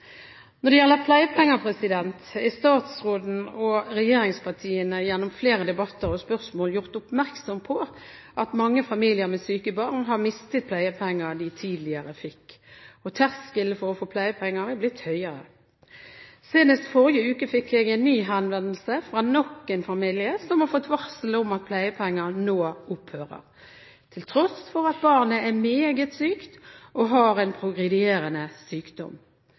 Når det gjelder pleiepenger, er statsråden og regjeringspartiene gjennom flere debatter og spørsmål gjort oppmerksom på at mange familier med syke barn har mistet pleiepenger de tidligere fikk, og terskelen for å få pleiepenger er blitt høyere. Senest i forrige uke fikk jeg en ny henvendelse fra nok en familie som har fått varsel om at pleiepengene nå opphører, til tross for at barnet er meget sykt og har en progredierende sykdom.